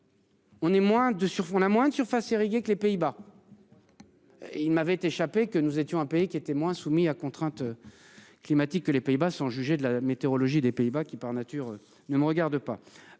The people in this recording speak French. fond a moins de surface irriguée, que les Pays-Bas. Et il m'avait échappé, que nous étions un pays qui étaient moins soumis à contraintes. Climatiques que les Pays-Bas sont jugés de la météorologie des Pays-Bas qui par nature ne me regarde pas.